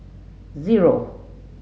zero